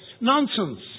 Nonsense